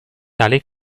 tale